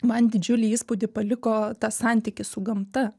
man didžiulį įspūdį paliko tas santykis su gamta